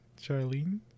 Charlene